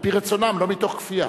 על-פי רצונם, לא מתוך כפייה.